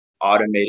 automated